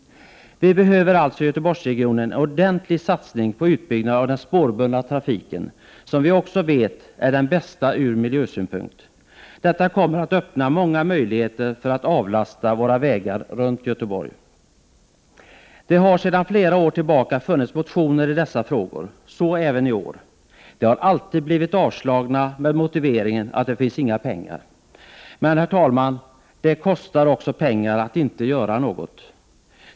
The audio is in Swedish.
I Göteborgsregionen behövs alltså en ordentlig satsning på utbyggnaden av den spårbundna trafiken, som vi också vet är den bästa från miljösynpunkt. Detta kommer att öppna många möjligheter att avlasta våra vägar runt Göteborg. Det har sedan flera år tillbaka funnits motioner i dessa frågor — så även i år. De har alltid blivit avslagna med motiveringen att det inte finns några pengar. Men, herr talman, det kostar också pengar att inte göra något.